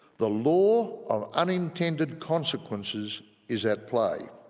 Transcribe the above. the law of unintended consequences is at play.